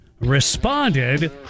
responded